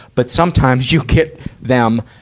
but sometimes you get them,